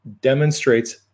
demonstrates